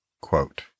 Quote